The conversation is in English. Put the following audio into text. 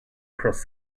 cross